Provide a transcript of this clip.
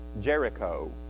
Jericho